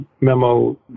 memo